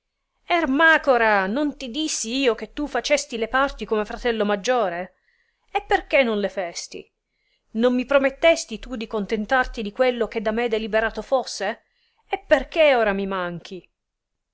disse ermacora non ti dissi io che tu facesti le parti come fratello maggiore e perchè non le festi non mi promettesti tu di contentarti di quello che da me deliberato fosse e perchè ora mi manchi